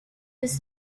his